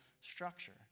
structure